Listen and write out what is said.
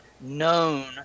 known